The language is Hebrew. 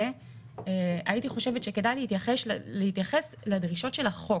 אני חושבת שכדאי להתייחס לדרישות של החוק.